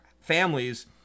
families